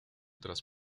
tras